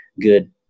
good